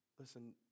Listen